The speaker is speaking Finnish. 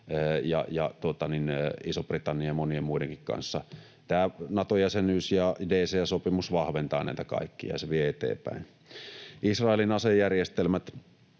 ja Ison-Britannian ja monien muidenkin kanssa. Tämä Nato-jäsenyys ja DCA-sopimus vahventavat näitä kaikkia ja vievät eteenpäin. Israelin asejärjestelmät: